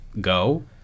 go